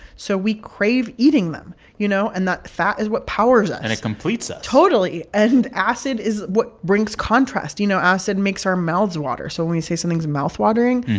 so we crave eating them, you know? and that fat is what powers us and it completes us totally. and acid is what brings contrast. you know, acid makes our mouths water. so when you say something's mouthwatering,